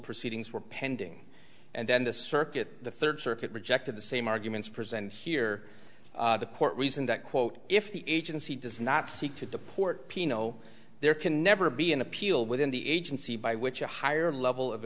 proceedings were pending and then the circuit the third circuit rejected the same arguments presented here the court reason that quote if the agency does not seek to deport pino there can never be an appeal within the agency by which a higher level of